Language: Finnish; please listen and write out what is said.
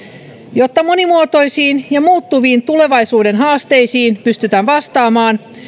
jotta monimuotoisiin ja muuttuviin tulevaisuuden haasteisiin pystytään vastaamaan